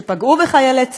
שפגעו בחיילי צה"ל,